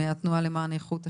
מהתנועה למען איכות השלטון.